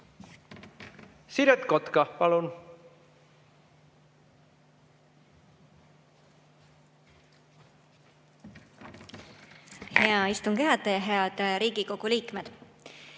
Siret Kotka, palun!